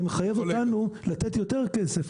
זה מחייב אותנו לתת יותר כסף,